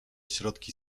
środki